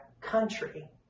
country